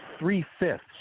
three-fifths